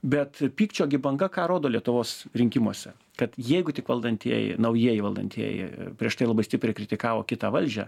bet pykčio gi banga ką rodo lietuvos rinkimuose kad jeigu tik valdantieji naujieji valdantieji prieš tai labai stipriai kritikavo kitą valdžią